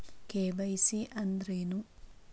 KYC ಅಂದ್ರೇನು?